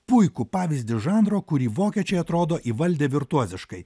puikų pavyzdį žanro kurį vokiečiai atrodo įvaldę virtuoziškai